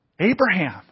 Abraham